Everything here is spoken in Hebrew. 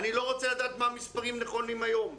אני לא רוצה לדעת מה מספרים הנכונים היום.